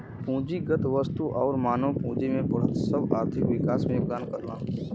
पूंजीगत वस्तु आउर मानव पूंजी में बढ़त सब आर्थिक विकास में योगदान करलन